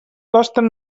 costen